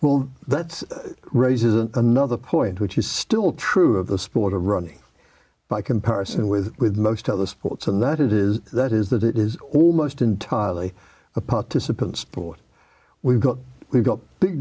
well that's raises another point which is still true of the sport of running by comparison with with most other sports in that it is that is that it is almost entirely a participant sport we've got we've got big